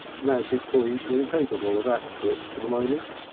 magically incapable of aspirates for the moment.